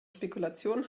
spekulation